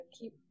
keep